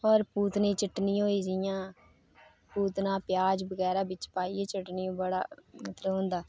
होर पुदीना दी चटनी होई जि'यां पुदीना प्याज़ चटनी पाइयै जि'यां मतलब ओह् होंदा